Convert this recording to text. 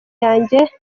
yanjye